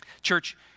Church